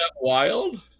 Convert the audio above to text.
wild